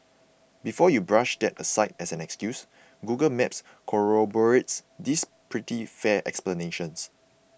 before you brush that aside as an excuse Google Maps corroborates this pretty fair explanation